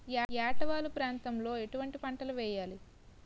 ఏటా వాలు ప్రాంతం లో ఎటువంటి పంటలు వేయాలి?